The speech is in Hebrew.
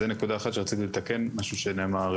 זו נקודה אחת שרציתי לתקן משהו שנאמר.